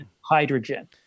hydrogen